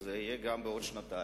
וזה יהיה גם בעוד שנתיים,